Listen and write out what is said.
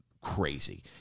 crazy